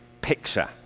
picture